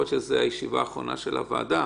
יכול להיות שזו הישיבה האחרונה של הוועדה.